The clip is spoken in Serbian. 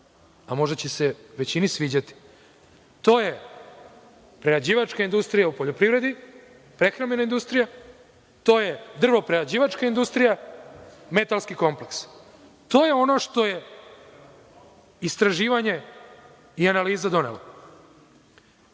a možda će se većini sviđati. To je prerađivačka industrija u poljoprivredi, prehrambena industrija, to je drvo-prerađivačka industrija, metalski kompleks. To je ono što su istraživanje i analiza doneli. Želim